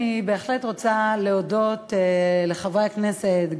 אני בהחלט רוצה להודות לחברי הכנסת,